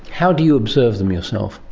how do you observe them yourself?